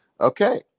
Okay